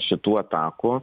šitų atakų